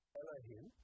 Elohim